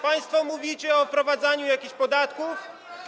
Państwo mówicie o wprowadzaniu jakichś podatków.